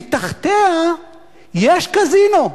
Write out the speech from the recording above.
מתחתיה יש קזינו.